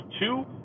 two